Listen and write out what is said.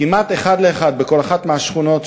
כמעט אחד לאחד, בכל אחת מהשכונות,